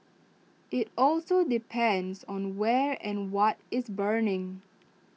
IT also depends on where and what is burning